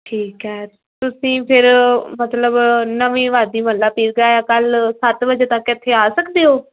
ਠੀਕ ਹੈ ਤੁਸੀਂ ਫਿਰ ਮਤਲਬ ਨਵੀਂ ਅਬਾਦੀ ਕੱਲ੍ਹ ਸੱਤ ਵਜੇ ਤੱਕ ਇੱਥੇ ਆ ਸਕਦੇ ਹੋ